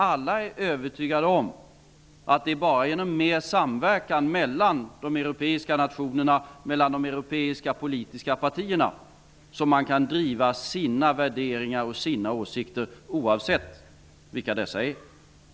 Alla är övertygade om att det bara är genom mer samverkan mellan de europeiska nationerna, mellan de europeiska politiska partierna som man kan driva sina värderingar och sina åsikter, oavsett vilka dessa är.